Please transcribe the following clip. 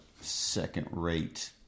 second-rate